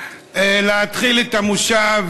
להתחיל את המושב